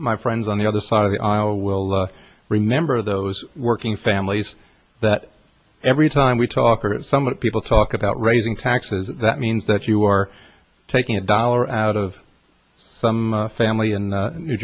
my friends on the other side of the aisle will remember those working families that every time we talk or some other people talk about raising taxes that means that you are taking a dollar out of some family in